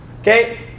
okay